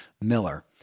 Miller